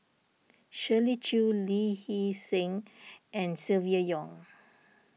Shirley Chew Lee Hee Seng and Silvia Yong